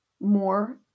more